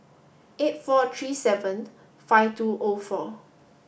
eight four three seven five two O four